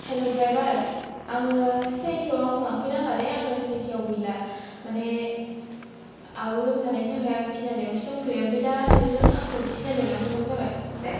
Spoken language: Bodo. हेल' द्राइबार आङो सि आइ टि याव आंखौ लांफैनांला दे आङो सि आइ टि याव गैला माने आब' लोमजानायनि थाखाय आं थिनालियावसो दं फैयो आमफाय दा नोंयो आंखौ थिनालियाव लांफैबानो जाबाय दे